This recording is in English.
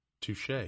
touche